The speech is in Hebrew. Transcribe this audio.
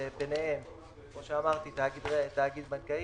ביניהם תאגיד בנקאי,